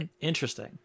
Interesting